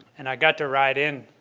and i got to ride and